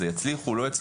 יצליחו או לא,